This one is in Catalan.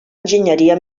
enginyeria